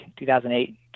2008